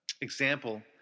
example